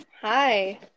Hi